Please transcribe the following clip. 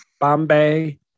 Bombay